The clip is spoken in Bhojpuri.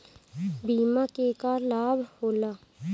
बिमा के का का लाभ होला?